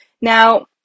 Now